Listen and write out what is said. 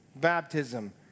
Baptism